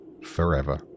forever